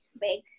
big